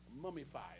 mummified